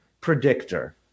predictor